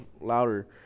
louder